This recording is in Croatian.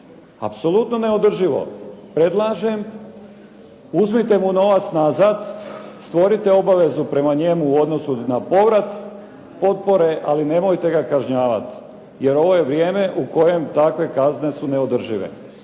Apsolutno neodrživo. Predlažem, uzmite mu novac nazad, stvorite obavezu prema njemu u odnosu na povrat potpore, ali nemojte ga kažnjavat. Jer ovo je vrijeme u kojem takve kazne su neodržive.